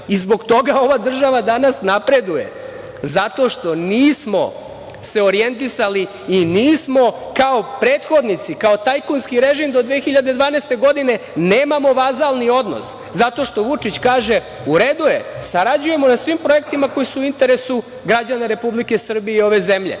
Zbog toga ova država danas napreduje, zato što nismo se orijentisali i nismo kao prethodnici, kao tajkunski režim do 2012. godine, nemamo vazalni odnos, zato što Vučić kaže – u redu je, sarađujemo na svim projektima koji su u interesu građana Republike Srbije i ove zemlje,